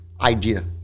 idea